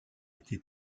été